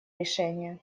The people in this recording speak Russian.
решение